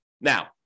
Now